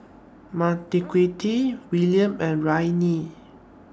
Marquita Willam and Raina